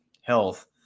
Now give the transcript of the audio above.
health